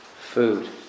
food